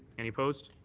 any opposed?